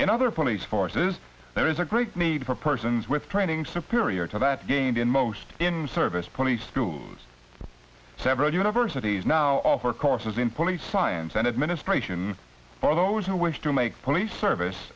in other police forces there is a great need for persons with training superior to that gained in most in service police schools several universities now offer courses in police science and administration for those who wish to make police service